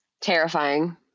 Terrifying